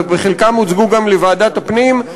וחלקם הוצגו גם לוועדת הפנים,